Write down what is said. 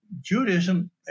Judaism